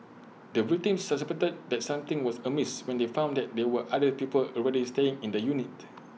the victims suspected that something was amiss when they found that there were other people already staying in the unit